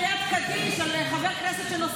אתם חבורה קטנה של מדליפנים ושקרנים.